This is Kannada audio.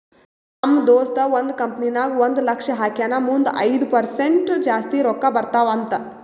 ನಮ್ ದೋಸ್ತ ಒಂದ್ ಕಂಪನಿ ನಾಗ್ ಒಂದ್ ಲಕ್ಷ ಹಾಕ್ಯಾನ್ ಮುಂದ್ ಐಯ್ದ ಪರ್ಸೆಂಟ್ ಜಾಸ್ತಿ ರೊಕ್ಕಾ ಬರ್ತಾವ ಅಂತ್